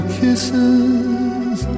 kisses